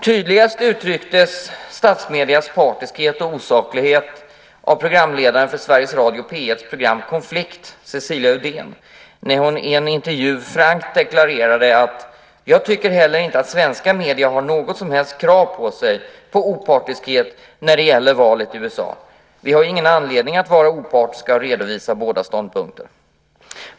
Tydligast uttrycktes statsmediernas partiskhet och osaklighet av programledaren för Sveriges Radio P1:s program Konflikt, Cecilia Uddén, när hon i en intervju frankt deklarerade: "Jag tycker heller inte att svenska medier har något som helst krav på sig på opartiskhet när det gäller valet i USA. Vi har ju ingen anledning att vara opartiska och redovisa båda ståndpunkter".